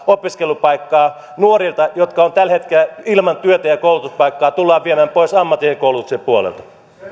opiskelupaikkaa nuorilta jotka ovat tällä hetkellä ilman työtä ja koulutuspaikkaa tullaan viemään pois ammatillisen koulutuksen puolelta